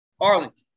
Arlington